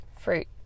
fruit